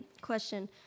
question